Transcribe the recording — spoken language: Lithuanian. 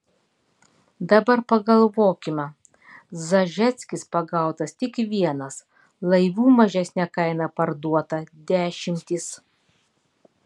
dabar pagalvokime zažeckis pagautas tik vienas laivų mažesne kaina parduota dešimtys